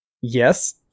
Yes